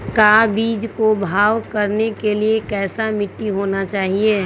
का बीज को भाव करने के लिए कैसा मिट्टी होना चाहिए?